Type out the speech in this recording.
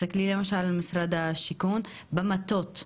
תסתכלי למשל על משרד השיכון, במטות.